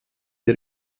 der